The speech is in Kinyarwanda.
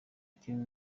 kintu